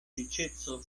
riĉeco